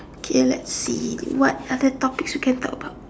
okay let's see what other topics we could talk about